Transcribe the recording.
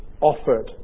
offered